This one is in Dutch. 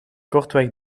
kortweg